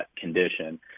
condition